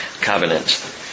covenant